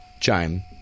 chime